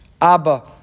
Abba